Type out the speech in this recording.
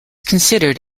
considered